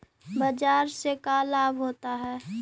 बाजार से का लाभ होता है?